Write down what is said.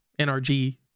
NRG